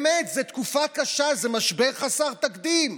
זו באמת תקופה קשה, זה משבר חסר תקדים,